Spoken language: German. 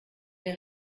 der